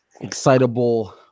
Excitable